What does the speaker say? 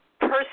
person